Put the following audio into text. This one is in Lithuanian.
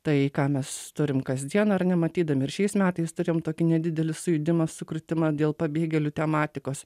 tai ką mes turim kasdien ar ne matydami ir šiais metais turim tokį nedidelį sujudimą sukrėtimą dėl pabėgėlių tematikos